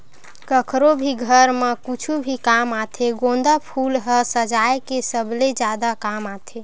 कखरो भी घर म कुछु भी काम आथे गोंदा फूल ह सजाय के सबले जादा काम आथे